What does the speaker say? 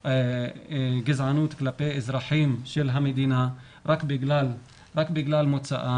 גזענות כלפי אזרחים של המדינה רק בגלל מוצאם.